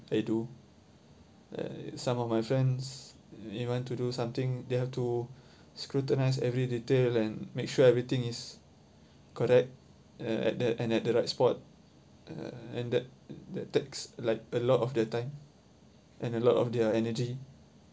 I do uh some of my friends you want to do something they have to scrutinize every detail and make sure everything is correct uh and that and at the right spot and that that takes like a lot of their time and a lot of their energy